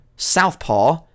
Southpaw